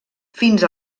fins